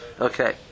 Okay